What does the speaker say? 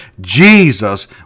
Jesus